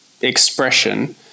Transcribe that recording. expression